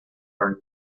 are